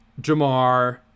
Jamar